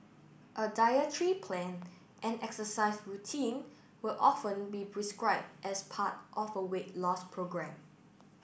a dietary plan and exercise routine will often be prescribed as part of a weight loss programme